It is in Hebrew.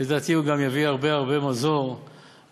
לדעתי, הוא גם יביא הרבה הרבה מזור לאותם